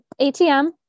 ATM